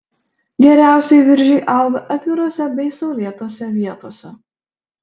geriausiai viržiai auga atvirose bei saulėtose vietose